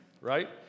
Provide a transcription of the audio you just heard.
Right